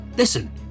Listen